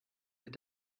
mit